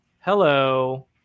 Hello